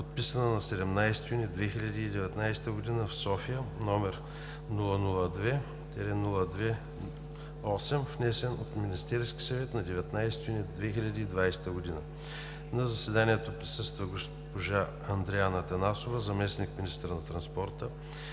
подписана на 17 юни 2019 г. в София, № 002-02-8, внесен от Министерския съвет на 19 юни 2020 г. На заседанието присъства госпожа Андреана Атанасова – заместник-министър на транспорта,